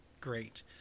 great